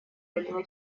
этого